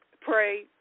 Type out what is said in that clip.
pray